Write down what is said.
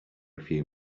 few